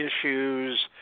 issues